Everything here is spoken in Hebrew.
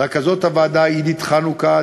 רכזות הוועדה עידית חנוכה,